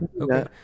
okay